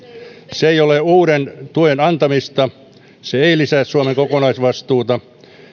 se ei ole uuden tuen antamista se ei lisää suomen kokonaisvastuuta